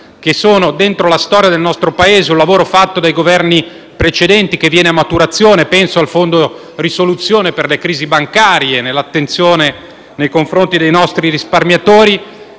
che sono dentro la storia del nostro Paese. Il lavoro fatto dai Governi precedenti viene a maturazione. Penso al fondo per la risoluzione delle crisi bancarie e all'attenzione nei confronti dei nostri risparmiatori